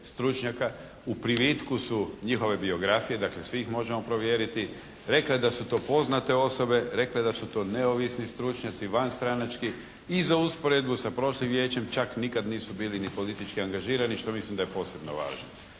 stručnjaka. U privitku su njihove biografije, dakle svi ih možemo provjeriti. Rekao je da su to poznate osobe, rekla je da su to neovisni stručnjaci, vanstranački i za usporedbu sa prošlim vijećem, čak nikad nisu bili ni politički angažirani što mislim da je posebno važno.